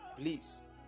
please